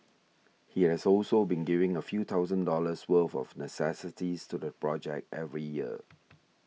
he has also been giving a few thousand dollars worth of necessities to the project every year